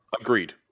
Agreed